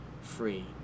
free